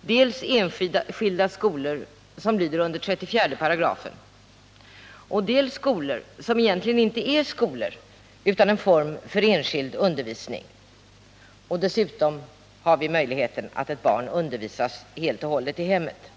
dels enskilda skolor som lyder under 34 §, dels skolor som egentligen inte är skolor utan en form av enskild undervis ning. Dessutom har vi möjligheten att ett barn undervisas helt och hållet i Nr 32 hemmet.